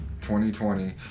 2020